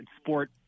sport